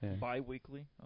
Bi-weekly